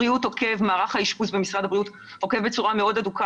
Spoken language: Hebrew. מערך האשפוז במשרד הבריאות עוקב בצורה מאוד הדוקה